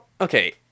okay